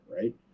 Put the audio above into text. right